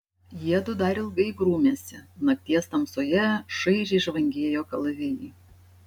jiedu dar ilgai grūmėsi nakties tamsoje šaižiai žvangėjo kalavijai